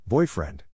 Boyfriend